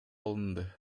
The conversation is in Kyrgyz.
алынды